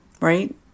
right